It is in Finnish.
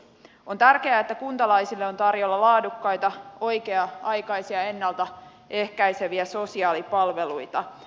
on tärkeää että kuntalaisille on tarjolla laadukkaita oikea aikaisia ja ennalta ehkäiseviä sosiaalipalveluita